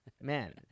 man